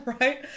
right